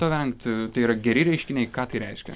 to vengt tai yra geri reiškiniai ką tai reiškia